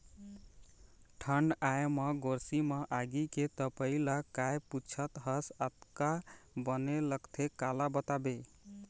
ठंड आय म गोरसी म आगी के तपई ल काय पुछत हस अतका बने लगथे काला बताबे